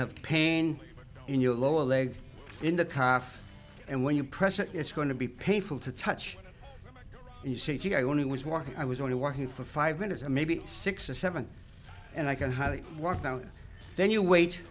have pain in your lower leg in the cough and when you press it it's going to be painful to touch you say gee i only was walking i was only working for five minutes maybe six or seven and i can hardly walk down then you wait